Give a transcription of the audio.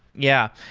yeah,